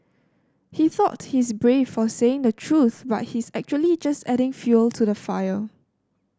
he thought he's brave for saying the truth but he's actually just adding fuel to the fire